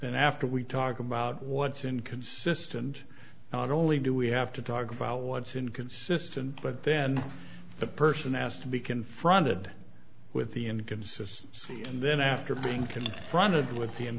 and after we talk about what's inconsistent not only do we have to talk about what's inconsistent but then the person asked to be confronted with the inconsistency and then after being confronted with the